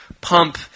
pump